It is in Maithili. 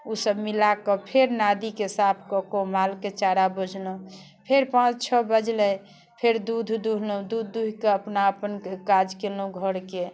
ओसब मिलाके फेर नादिके साफ कऽ कऽ मालके चारा भुजलहुँ फेर पाँच छओ बजलै फेर दूध दुहलहुँ दूध दुहिके अपना अपन काज केलहुँ घरके